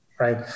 right